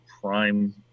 prime